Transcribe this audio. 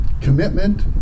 commitment